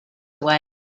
away